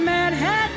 Manhattan